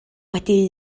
wedi